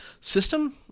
system